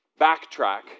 backtrack